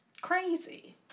crazy